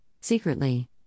secretly